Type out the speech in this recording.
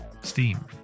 steam